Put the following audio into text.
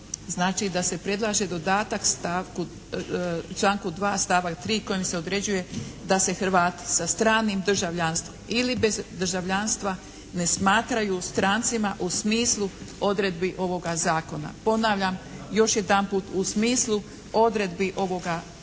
Znači da se predlaže dodatak stavku, članku 2. stavak 3. kojim se određuje da se Hrvati sa stranim državljanstvom, ili bez državljanstva ne smatraju strancima u smislu odredbi ovoga zakona. Ponavljam još jedanput, u smislu odredbi ovoga zakona